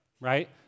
right